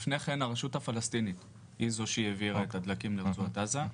לפני כן הרשות הפלסטינית היא זו שהעבירה את הדלקים לרצועת עזה.